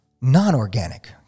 non-organic